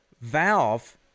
Valve